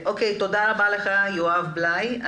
תודה רבה לך יואב בליי.